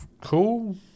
cool